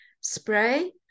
spray